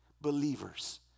Believers